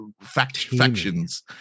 factions